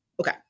Okay